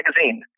Magazine